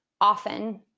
often